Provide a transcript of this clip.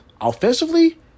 offensively